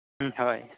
ᱦᱳᱭ